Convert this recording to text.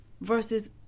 versus